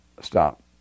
stop